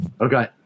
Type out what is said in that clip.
Okay